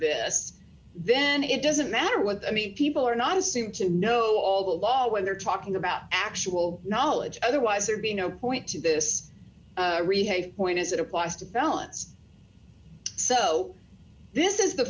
this then it doesn't matter what i mean people are not assume to know all the law when they're talking about actual knowledge otherwise there'd be no point to this really hate point as it applies to felons so this is